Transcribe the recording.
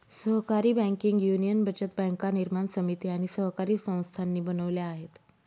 सहकारी banking union बचत बँका निर्माण समिती आणि सहकारी संस्थांनी बनवल्या आहेत